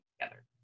together